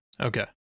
Okay